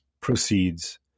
proceeds